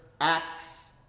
acts